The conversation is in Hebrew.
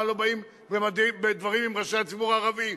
לא באים בדברים עם ראשי הציבור הערבי.